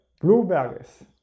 blueberries